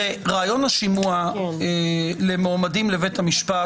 רעיון השימוע למועמדים לבית המשפט